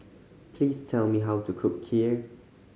please tell me how to cook Kheer